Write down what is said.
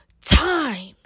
time